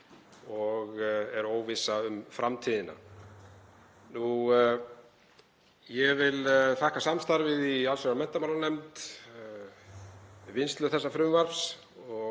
og er óvissa um framtíðina. Ég vil þakka samstarfið í allsherjar- og menntamálanefnd við vinnslu þessa frumvarps og